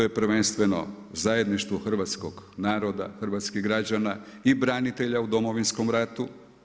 To je prvenstveno zajedništvo hrvatskog naroda, hrvatskih građana i branitelja u Domovinskom ratu.